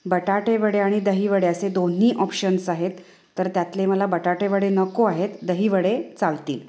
बटाटेवडे आणि दहीवडे असे दोन्ही ऑप्शन्स आहेत तर त्यातले मला बटाटेवडे नको आहेत दहीवडे चालतील